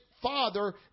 father